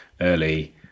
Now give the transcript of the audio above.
early